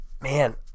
man